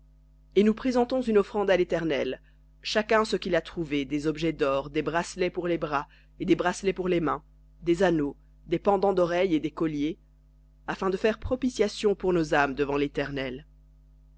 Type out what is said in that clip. et nous présentons une offrande à l'éternel chacun ce qu'il a trouvé des objets d'or des bracelets pour les bras et des bracelets pour les mains des anneaux des pendants d'oreilles et des colliers afin de faire propitiation pour nos âmes devant l'éternel